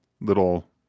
little